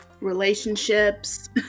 Relationships